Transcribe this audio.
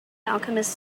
alchemist